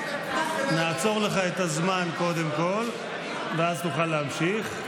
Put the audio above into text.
קודם כול נעצור לך את הזמן, ואז תוכל להמשיך.